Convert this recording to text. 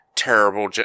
Terrible